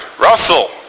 Russell